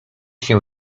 się